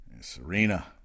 Serena